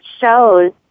shows